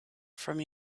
from